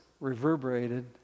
reverberated